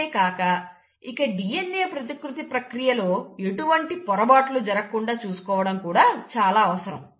అంతేకాక ఇకDNA ప్రతికృతి ప్రక్రియ లో ఎలాంటి పొరబాట్లు జరగకుండా చూసుకోవటం కూడా చాలా అవసరం